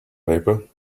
paper